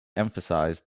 emphasized